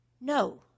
no